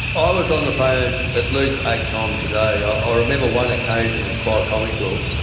ah i was on the phone at least eight times a day. i ah remember one occasion as quite comical.